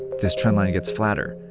this trendline gets flatter,